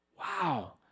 Wow